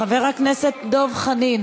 חבר הכנסת דב חנין,